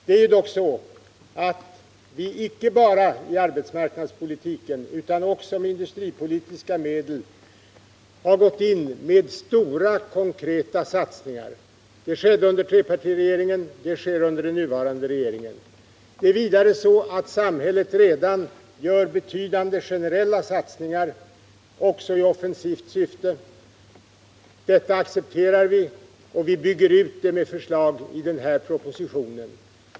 Det är dock så att vi inte bara i arbetsmarknadspolitiken utan också i industripolitiken har gått in med stora konkreta satsningar. Det skedde under trepartiregeringen. Det sker under den nuvarande regeringen. Det är vidare så att samhället redan gör betydande generella satsningar, också i offensivt syfte. Detta accepterar vi, och vi bygger ut det med förslag i den här propositionen.